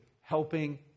helping